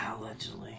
Allegedly